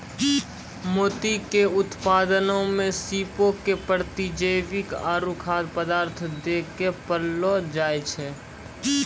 मोती के उत्पादनो मे सीपो के प्रतिजैविक आरु खाद्य पदार्थ दै के पाललो जाय छै